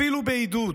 אפילו בעידוד.